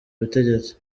ubutegetsi